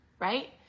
right